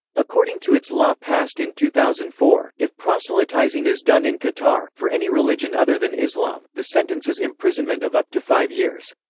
according to its law passed in two thousand and four, if proselytizing is done in qatar, for any religion other than islam, the sentence is imprisonment of up to five years.